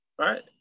right